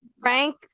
Frank